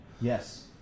Yes